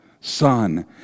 Son